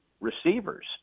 receivers